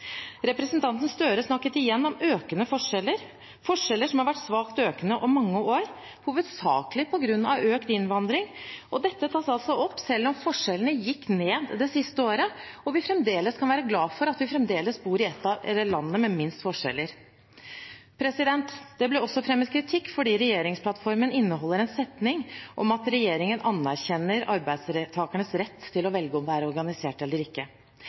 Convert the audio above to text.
Representanten Gahr Støre snakket igjen om økende forskjeller, forskjeller som har vært svakt økende over mange år, hovedsakelig på grunn av økt innvandring. Og dette tas altså opp selv om forskjellene gikk ned det siste året, og vi kan være glade for at vi fremdeles bor i et av landene med minst forskjeller. Det ble også fremmet kritikk fordi regjeringsplattformen inneholder en setning om at regjeringen anerkjenner arbeidstakeres rett til å velge å være organisert eller ikke.